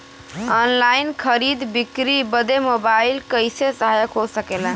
Online खरीद बिक्री बदे मोबाइल कइसे सहायक हो सकेला?